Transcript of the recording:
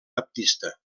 baptista